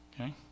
Okay